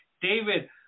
David